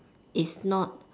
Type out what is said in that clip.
is not